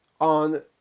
on